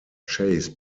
chased